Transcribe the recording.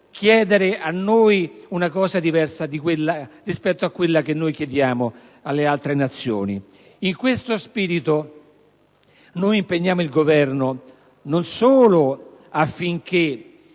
chiedere a noi stessi una cosa diversa rispetto a quanto chiediamo alle altre Nazioni. In questo spirito, noi impegniamo il Governo non solo affinché